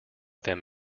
them